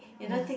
ya